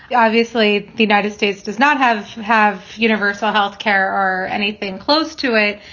yeah obviously, the united states does not have have universal health care or anything close to it.